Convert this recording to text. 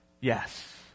Yes